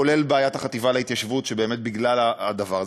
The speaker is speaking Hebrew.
כולל בעיית החטיבה להתיישבות, באמת בגלל הדבר הזה.